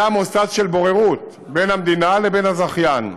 היה מוסד של בוררות בין המדינה לבין הזכיין,